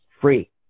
free